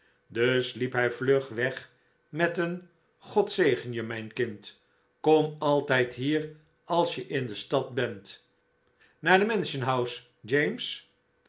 dus hep hij vlug weg met een god zegen je mijn kind kom altijd hier als je in de stad bent naar de mansion house james